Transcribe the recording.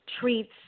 treats